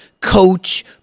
coach